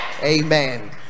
Amen